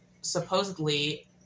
supposedly